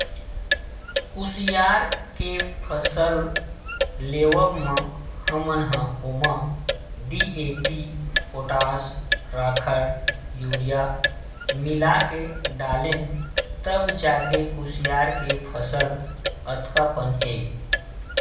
कुसियार के फसल लेवब म हमन ह ओमा डी.ए.पी, पोटास, राखड़, यूरिया मिलाके डालेन तब जाके कुसियार के फसल अतका पन हे